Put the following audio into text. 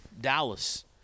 Dallas